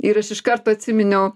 ir aš iš karto atsiminiau